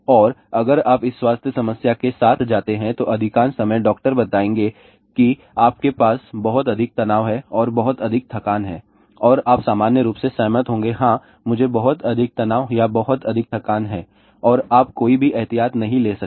और अगर आप इस स्वास्थ्य समस्या के साथ जाते हैं तो अधिकांश समय डॉक्टर बताएंगे कि आपके पास बहुत अधिक तनाव और बहुत अधिक थकान है और आप सामान्य रूप से सहमत होंगे हाँ मुझे बहुत अधिक तनाव या बहुत अधिक थकान है और आप कोई भी एहतियात नहीं ले सकते